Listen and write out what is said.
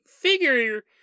figure